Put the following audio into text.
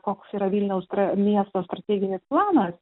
koks yra vilniaus tra miesto strateginis planas